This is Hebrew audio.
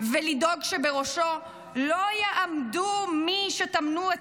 ולדאוג שבראשו לא יעמדו מי שטמנו את